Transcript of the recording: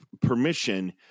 permission